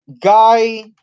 guy